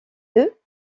deux